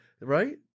Right